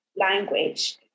language